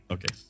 Okay